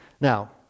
Now